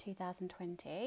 2020